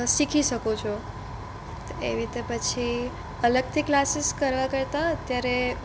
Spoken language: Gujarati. શીખી શકુ છું તો એવી રીતે પછી અલગથી ક્લાસીસ કરવા કરતાં અત્યારે